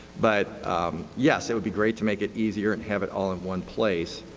but yes, it would be great to make it easier and have it all in one place.